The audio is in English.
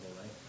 right